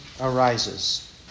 arises